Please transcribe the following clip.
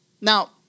Now